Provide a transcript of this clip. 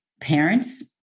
parents